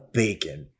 bacon